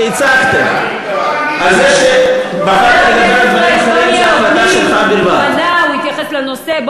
על זה הוא יתייחס לנושא.